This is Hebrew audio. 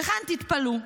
וכאן, תתפלאו,